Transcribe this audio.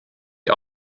has